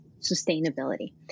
sustainability